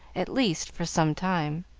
at least for some time.